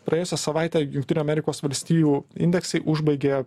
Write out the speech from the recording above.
praėjusią savaitę jungtinių amerikos valstijų indeksai užbaigė